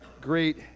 great